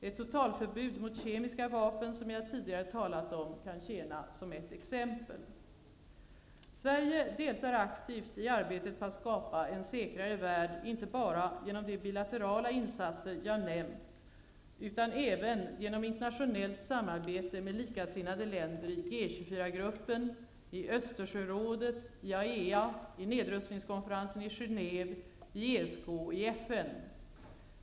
Ett totalförbud mot kemiska vapen, som jag tidigare talat om, kan tjäna som ett exempel. Sverige deltar aktivt i arbetet på att skapa en säkrare värld, inte bara genom de bilaterala insatser jag nämnt utan även genom internationellt samarbete med likasinnade länder i G 24-gruppen, i Österjörådet, i IAEA, i nedrustningskonferensen i Genève, i ESK och i FN.